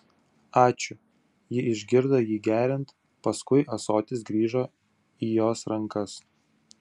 ačiū ji išgirdo jį geriant paskui ąsotis grįžo įjos rankas